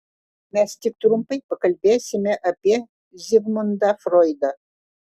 mes tik trumpai pakalbėsime apie zigmundą froidą